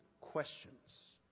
questions